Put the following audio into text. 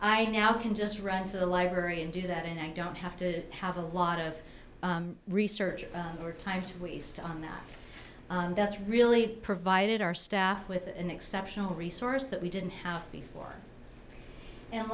i now can just run to the library and do that and i don't have to have a lot of research or time to waste on that and that's really provided our staff with an exceptional resource that we didn't have before